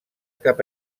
cap